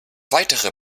weitere